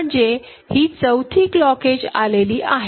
म्हणजे ही चौथी क्लॉक एज आलेली आहे